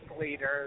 leaders